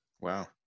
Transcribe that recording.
wow